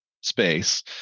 space